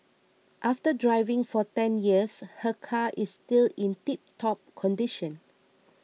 after driving for ten years her car is still in tiptop condition